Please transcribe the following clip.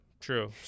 True